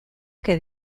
que